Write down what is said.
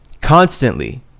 constantly